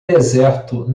deserto